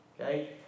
Okay